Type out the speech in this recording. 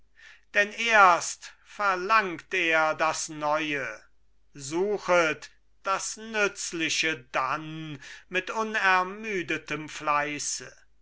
denn erst verlangt er das neue suchet das nützliche dann mit unermüdetem fleiße